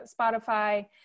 Spotify